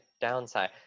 downside